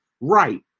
right